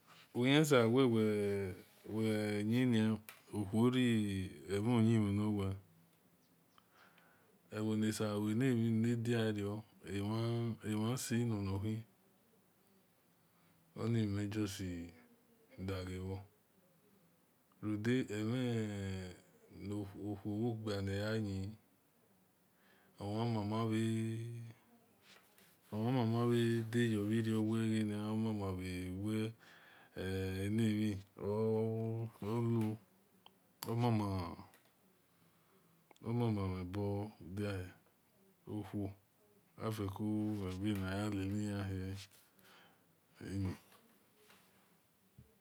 Wel mhelen uki dor mue ebure gbole-bho-a ror muo pia udo muo sisi uki do gha gbole bhoa shian gha dio-ga mio ebho egho na da mie ghe wel mha subor mie bo sabor lu wel bha saba luo kpu wel bha bha sabo ivie va amio bhi rio aki mue bhe ghun uki gha rio bhe gha ede-de mhe de uki gha lo yu nuwe na ki sibhe ran va gha du wu uki kere ghe ibhoe nu we len de nabio ekio tor ebo khu ebu wa-edo toi ebu wa edi ukpi uran mbe ne ebie ebie ka olese nada mie gbe